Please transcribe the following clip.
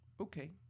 okay